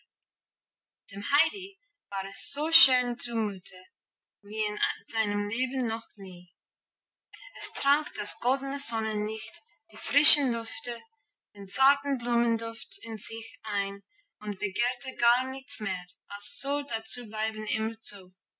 heidi war es so schön zumute wie in seinem leben noch nie es trank das goldene sonnenlicht die frischen lüfte den zarten blumenduft in sich ein und begehrte gar nichts mehr als so dazubleiben immerzu so